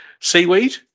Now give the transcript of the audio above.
Seaweed